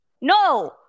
No